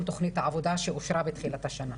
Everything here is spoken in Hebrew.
תוכנית העבודה שאושרה בתחילת השנה.